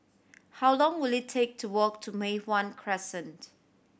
how long will it take to walk to Mei Hwan Crescent